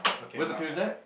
where's the pills at